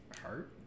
heart